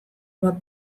bat